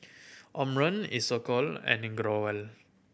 Omron Isocal and